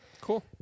Cool